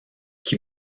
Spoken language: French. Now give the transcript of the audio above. qui